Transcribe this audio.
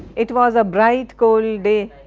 it was a bright cold day